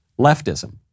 leftism